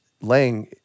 laying